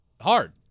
hard